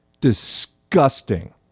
Disgusting